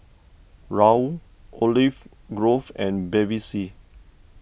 Raoul Olive Grove and Bevy C